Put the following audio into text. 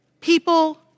People